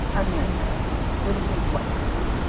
our mary harris. you're listening to what next?